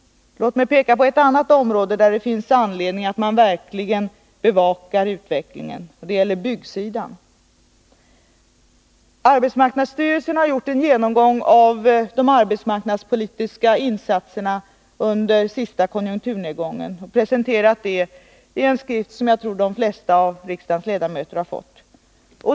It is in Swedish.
Låt mig peka på ett annat område där det finns anledning att man verkligen bevakar utvecklingen. Det gäller byggsidan. Arbetsmarknadsstyrelsen har gjort en genomgång av de arbetsmarknadspolitiska insatserna under förra konjunkturnedgången och presenterat den i en skrift som jag tror att de flesta av riksdagens ledamöter har fått.